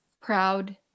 proud